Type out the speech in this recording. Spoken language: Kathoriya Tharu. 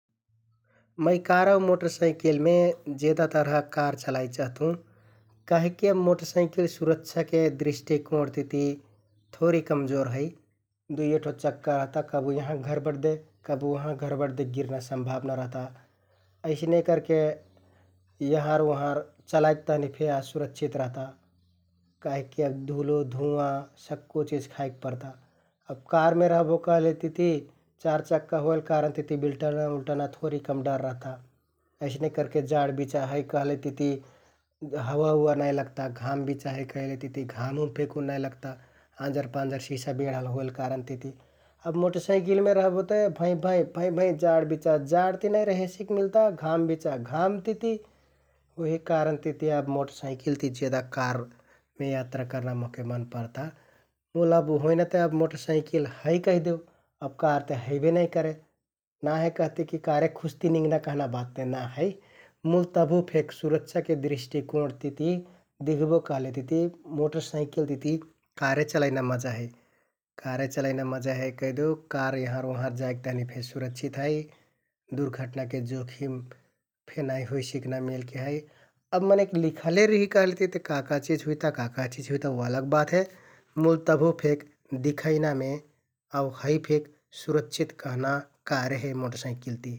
मै car आउ मोटरसँइकिलमे जेदा तरह कार चलाइ चहतुँ काहिककि अब मोटरसँइकिल सुरक्षाके दृष्‍टिकोणतिति थोरि कमजोर है । दुइये ठो चक्का रहता । कबु यहाँ घरबड दे, कबु उहाँ घरबड दे गिरना सम्भावना रहता । अइसने करके यहँर उहँर चलाइक तहनि फे असुरक्षित रहता । काहिकि अब धुलो, धुँवाँ, सक्कु चिझ खाइक परता । अब कारमे रहबो कहलेतिति चार चक्का होइल कारणतिति बिल्टना उल्टना थोरि कम डर रहता । अइसने करके जाड बिचा है कहलेतिति हावा उवा नाइ लगता । घाम बिचा है कहलेतिति घाम उम फेकुन नाइ लगता । आँजर पाँजर सिसा बेंढल होइल कारणतिति । अब मोटरसँइकिलमे रहबो ते भैं भैं भैं भैं जाड बिचा जाडति नाइ रेहे सिकमिलता । घाम बिचा घाम तिति उहि कारणतिति अब मोटरसँइकिल ति जेदा कारमे यात्रा करना मोहके मन परता । मुल अब हुइना ते मोटरसँइकिन है कैहदेउ अब कारते हइबे नाइ करे, ना हे कहतिकि कारे खुज्ति निंगना कहना बात ते ना है मुल तभुफेक सुरक्षाके दृष्‍टिकोणतिति दिख्बो कहलेतिति, मोटरसँइकिल तिति कारे चलैना मजा है । कारे चलैना मजा है कहिदेउ कार, यहँर उहँर जाइक तहनि फे सुरक्षित है । दुर्घट्नाके जोखिम फे नाइ होइ सिकना मेलके है । अब मनैंक लिखले रिहि कहलेतिति का का चिझ हुइता, का का चिझ हुइता, उ अलग बात हे मुल तभुफेक दिखैनामे आउ है फेक सुरक्षित कहना कारे हे मोटर सँइकिल ति ।